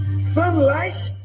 sunlight